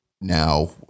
Now